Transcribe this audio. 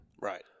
Right